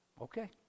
Okay